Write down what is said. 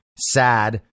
sad